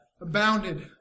abounded